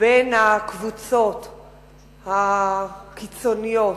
בין הקבוצות הקיצוניות,